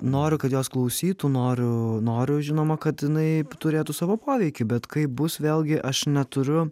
noriu kad jos klausytų noriu noriu žinoma kad jinai turėtų savo poveikį bet kaip bus vėlgi aš neturiu